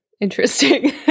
interesting